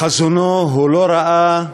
בחזונו הוא לא ראה,